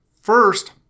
first